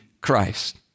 Christ